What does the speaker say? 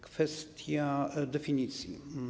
Kwestia definicji.